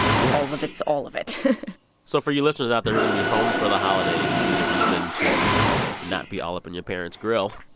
yeah all of it's all of it so for your listeners out there who are going to be home for the holidays and need a reason to not be all up in your parents' grill,